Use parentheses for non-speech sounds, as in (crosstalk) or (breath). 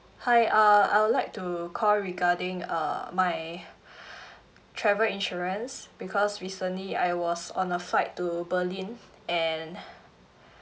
hi uh I would like to call regarding uh my (breath) travel insurance because recently I was on a flight to berlin and